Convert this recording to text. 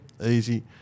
easy